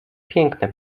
piękne